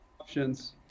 options